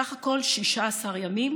סך הכול 16 ימים